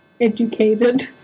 educated